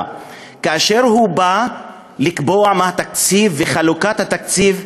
כאשר הוא בא לקבוע מה התקציב וחלוקת התקציב,